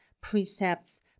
precepts